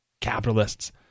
capitalists